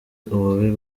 ububi